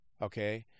Okay